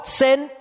sent